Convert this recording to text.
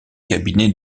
cabinets